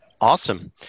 Awesome